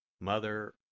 Mother